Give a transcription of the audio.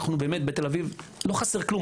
בתל אביב לא חסר כלום,